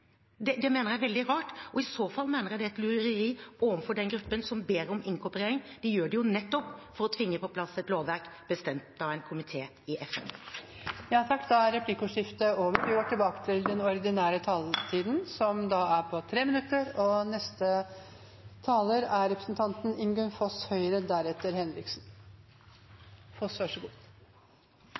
Det mener jeg er veldig rart, og i så fall mener jeg det er et lureri overfor den gruppen som ber om inkorporering. De gjør det jo nettopp for å tvinge på plass et lovverk bestemt av en komité i FN. Replikkordskiftet er over. De talerne som heretter får ordet, har en taletid på inntil 3 minutter. Som jeg sa i mitt første innlegg, er